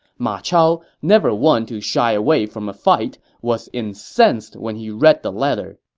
ma chao, never one to shy away from a fight, was incensed when he read the letter.